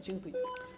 Dziękuję.